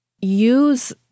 use